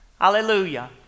Hallelujah